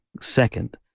second